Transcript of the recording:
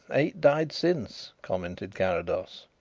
eight died since, commented carrados.